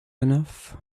enough